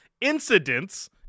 incidents